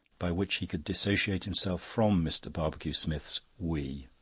by which he could dissociate himself from mr. barbecue-smith's we.